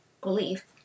belief